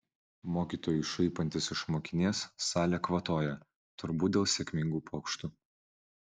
mokytojui šaipantis iš mokinės salė kvatoja turbūt dėl sėkmingų pokštų